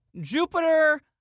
Jupiter